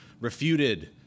refuted